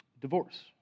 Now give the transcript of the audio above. divorce